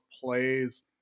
plays